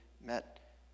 met